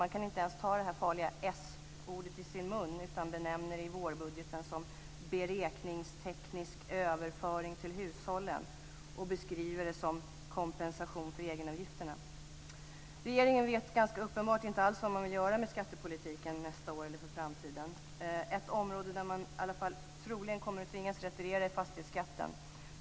Man kan inte ens ta det farliga "s-ordet" i sin mun, utan man benämner det i vårbudgeten som beräkningsteknisk överföring till hushållen och beskriver det som kompensation för egenavgifterna. Regeringen vet ganska uppenbart inte alls vad man vill göra med skattepolitiken nästa år eller i framtiden. Ett område som man i alla fall troligen kommer att tvingas retirera på är fastighetsskatten.